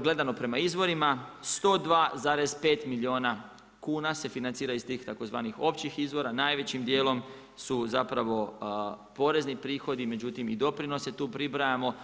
gledano prema izvorima 102,5 milijuna kuna se financira iz tih tzv. općih izvora, najvećim dijelom su zapravo porezni prihodi, međutim i doprinose tu pribrajamo.